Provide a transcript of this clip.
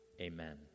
Amen